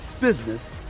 business